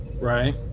right